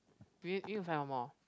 wait need to find one more